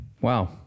Wow